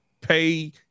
pay